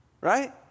Right